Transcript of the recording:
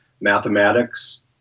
mathematics